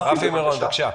רפי מירון, בבקשה.